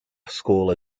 school